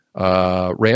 RAM